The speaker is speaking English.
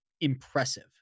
impressive